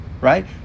right